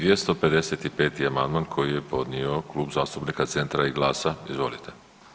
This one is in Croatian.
255. amandman koji je podnio Klub zastupnika Centra i GLAS-a, izvolite.